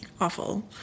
Awful